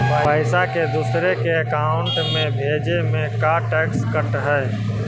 पैसा के दूसरे के अकाउंट में भेजें में का टैक्स कट है?